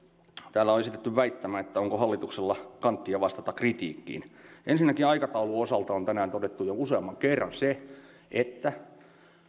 täällä on esitetty väittämä että onko hallituksella kanttia vastata kritiikkiin ensinnäkin aikataulun osalta on tänään todettu jo useamman kerran se että